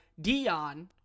Dion